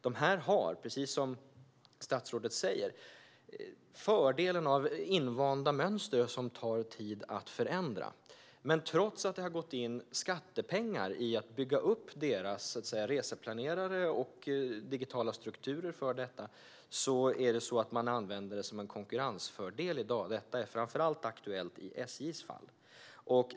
De har, precis som statsrådet säger, fördelen av invanda mönster som tar tid att förändra. Trots att det har gått in skattepengar i att bygga upp deras reseplanerare och digitala strukturer använder man dem som en konkurrensfördel i dag - framför allt aktuellt i SJ:s fall.